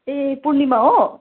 ए पूर्णिमा हो